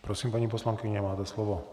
Prosím, paní poslankyně, máte slovo.